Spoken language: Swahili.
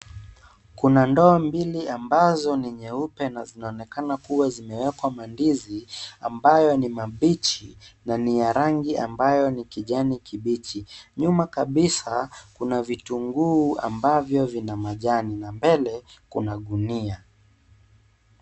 Kuna ndoo mbili ambazo ni nyeupe na zinaonekana kuwa zimewekwa mandizi, ambayo ni mabichi, na ni ya rangi ambayo, ni kijani kibichi, nyuma kabisa kuna vitunguu ambavyo vina majani, na mbele, kuna gunia.